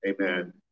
amen